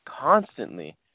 constantly